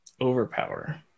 Overpower